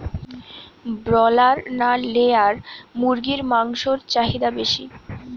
Broiler না layer মুরগির মাংসর চাহিদা বেশি?